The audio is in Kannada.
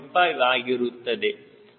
5 ಆಗಿರುತ್ತದೆ